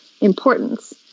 importance